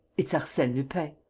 it's arsene lupin!